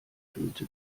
füllte